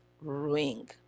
ring